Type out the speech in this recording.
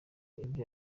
ibya